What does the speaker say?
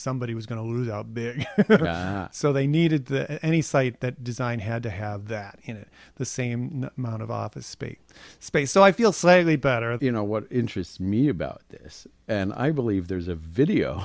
somebody was going to lose out there so they needed the any site that design had to have that in it the same amount of office space space so i feel slightly better at you know what interests me about this and i believe there's a video